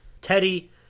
Teddy